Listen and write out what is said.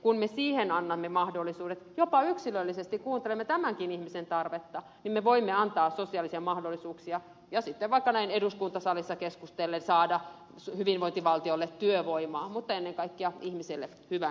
kun me siihen annamme mahdollisuudet jopa yksilöllisesti kuuntelemme tämänkin ihmisen tarvetta niin me voimme antaa sosiaalisia mahdollisuuksia ja sitten vaikka näin eduskuntasalissa keskustellen saada hyvinvointivaltiolle työvoimaa mutta ennen kaikkea ihmiselle hyvän olon